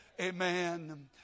Amen